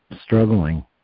struggling